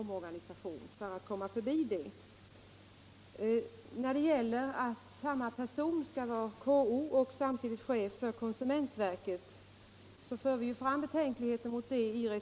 I reservationen 1 för vi fram betänkligheter mot att samma person skall vara KO och chef för konsumentverket.